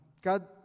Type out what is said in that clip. God